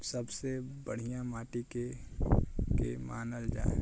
सबसे बढ़िया माटी के के मानल जा?